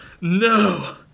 no